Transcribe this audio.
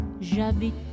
J'habite